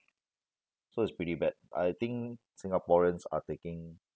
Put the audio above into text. so it's pretty bad I think singaporeans are taking